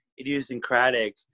idiosyncratic